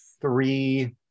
three